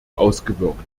ausgewirkt